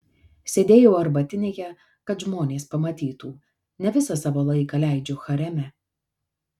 sėdėjau arbatinėje kad žmonės pamatytų ne visą savo laiką leidžiu hareme